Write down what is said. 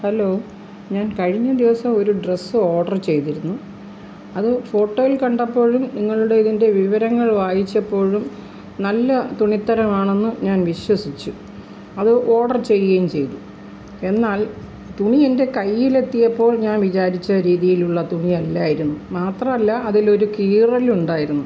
hello ഞാൻ കഴിഞ്ഞ ദിവസം ഒരു ഡ്രസ് ഓഡർ ചെയ്തിരുന്നു അത് ഫോട്ടോയിൽ കണ്ടപ്പോഴും നിങ്ങളുടെ ഇതിന്റെ വിവരങ്ങൾ വായിച്ചപ്പോഴും നല്ല തുണിത്തരം ആണെന്ന് ഞാൻ വിശ്വസിച്ചു അത് ഓഡർ ചെയ്യുകയും ചെയ്തു എന്നാൽ തുണി എന്റെ കയ്യിൽ എത്തിയപ്പോൾ ഞാൻ വിചാരിച്ച രീതിയിലുള്ള തുണി അല്ലായിരുന്നു മാത്രമല്ല അതിലൊരു കീറലുണ്ടായിരുന്നു